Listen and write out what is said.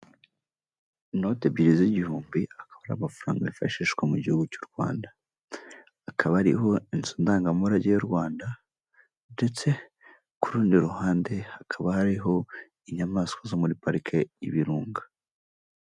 Inote ebyiri z'igihumbi akaba ari amafaranga yifashishwa mu gihugu cy'u Rwanda, akaba ariho inzu ndangamurage y'u Rwanda ndetse ku rundi ruhande hakaba hariho inyamaswa zo muri pariki y'ibirunga.